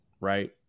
right